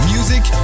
Music